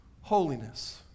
holiness